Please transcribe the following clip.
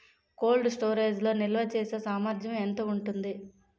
Cold storage లో నిల్వచేసేసామర్థ్యం ఎంత ఉంటుంది?